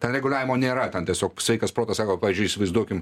ten reguliavimo nėra ten tiesiog sveikas protas sako pavyzdžiui įsivaizduokim